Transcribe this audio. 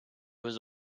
was